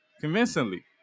convincingly